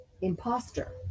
Imposter